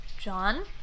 John